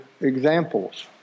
examples